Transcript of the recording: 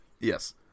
Yes